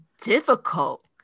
difficult